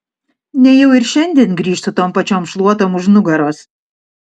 nejau ir šiandien grįš su tom pačiom šluotom už nugaros